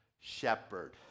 shepherd